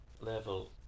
level